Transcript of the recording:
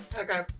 Okay